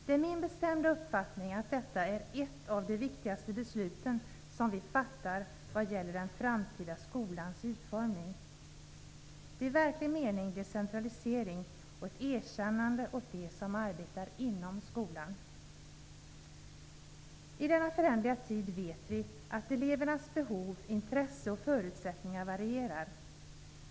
Det är min bestämda uppfattning att detta är ett av de viktigste besluten som vi fattar vad gäller den framtida skolans utformning. Det är i verklig mening en decentralisering och ett erkännande av dem som arbetar inom skolan. I denna föränderliga tid vet vi att elevernas behov, intressen och förutsättningar varierar.